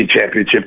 championship